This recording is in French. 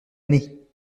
année